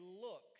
look